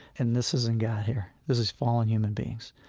and this isn't god here, this is fallen human beings.